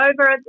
over